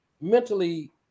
mentally